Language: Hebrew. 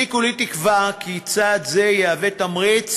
אני כולי תקווה שצעד זה יהווה תמריץ